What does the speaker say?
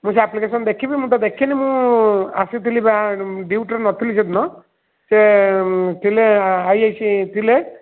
ମୁଁ ସେ ଆପ୍ଲିକେଶନ୍ ଦେଖିବି ମୁଁ ଦେଖିନି ମୁଁ ଆସିଥିଲି ଡ୍ୟୁଟିରେ ନ ଥିଲି ସେଦିନ ସିଏ ଥିଲେ ଆଇ ଆଇ ସି ଥିଲେ